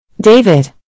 David